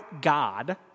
God